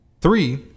three